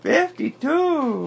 Fifty-two